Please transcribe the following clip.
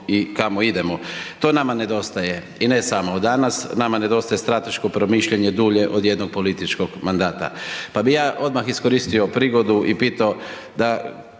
i kamo idemo. To nama nedostaje, i ne samo danas, nama nedostaje strateško promišljanje dulje od jednog političkog mandata. Pa bih ja odmah iskoristio prigodu i pitao da,